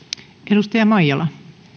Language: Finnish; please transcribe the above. arvoisa